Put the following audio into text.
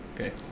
Okay